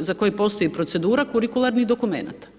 za koje postoji procedura, kurikularnih dokumenata.